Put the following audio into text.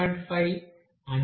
5